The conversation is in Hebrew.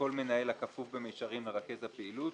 כל מנהל הכפוף במישרין לרכז הפעילות,